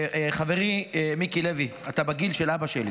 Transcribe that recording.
חברי מיקי לוי, אתה בגיל של אבא שלי,